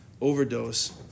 overdose